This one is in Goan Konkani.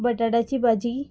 बटाटाची भाजी